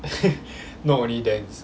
not only dense